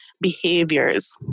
behaviors